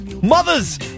Mothers